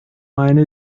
meine